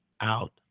out